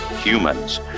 Humans